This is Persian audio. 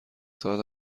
ساعت